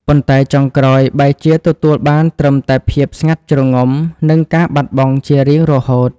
ប៉ុន្តែចុងក្រោយបែរជាទទួលបានត្រឹមតែភាពស្ងាត់ជ្រងំ និងការបាត់បង់ជារៀងរហូត។